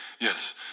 Yes